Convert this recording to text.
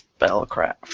Spellcraft